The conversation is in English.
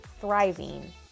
Thriving